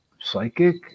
psychic